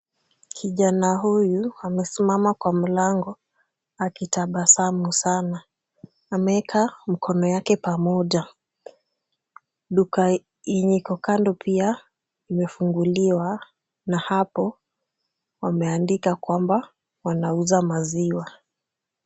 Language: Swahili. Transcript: Kijana huyu amesimama kwa mlango akitabasamu sana. Ameweka mkono yake pamoja. Duka yenye iko kando pia imefunguliwa na hapo wameandika kwamba wanauza maziwa.